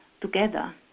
together